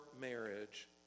marriage